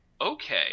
okay